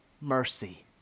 mercy